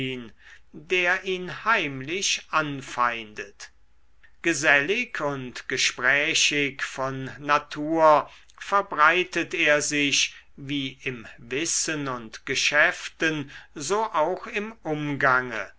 der ihn heimlich anfeindet gesellig und gesprächig von natur verbreitet er sich wie im wissen und geschäften so auch im umgange